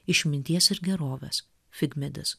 išminties ir gerovės figmedis